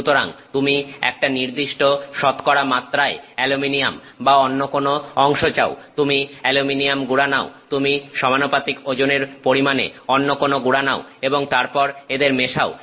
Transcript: সুতরাং তুমি একটা নির্দিষ্ট শতকরা মাত্রায় অ্যালুমিনিয়াম বা কোন অন্য অংশ চাও তুমি অ্যালুমিনিয়াম গুড়া নাও তুমি সমানুপাতিক ওজনের পরিমাণে অন্য কোন গুড়া নাও এবং তারপর এদের মেশাও